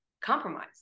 compromise